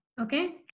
Okay